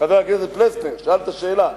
חבר הכנסת פלסנר, שאלת שאלה,